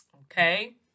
okay